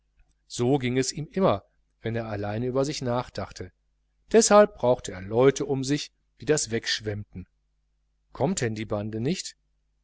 so ging es ihm immer wenn er allein über sich nachdachte deshalb brauchte er leute um sich die das wegschwemmten kommt denn die bande nicht